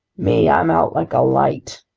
me, i'm out like a light!